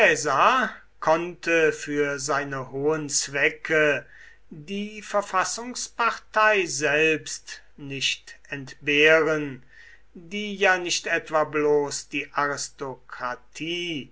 konnte für seine hohen zwecke die verfassungspartei selbst nicht entbehren die ja nicht etwa bloß die aristokratie